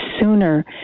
sooner